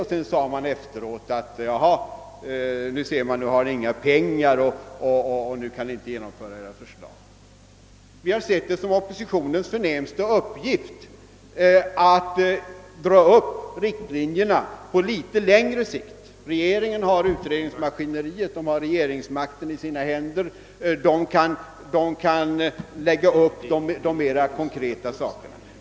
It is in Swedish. Och sedan sade man: »Ja, nu har ni inga pengar och nu kan ni inte genomföra era förslag.» Vi har sett det som oppositionens förnämsta uppgift att dra upp riktlinjerna på litet längre sikt. Regeringen har utredningsmaskineriet och regeringsmakten i sina händer, den kan lägga upp de mera konkreta sakerna.